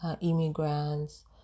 immigrants